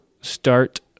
start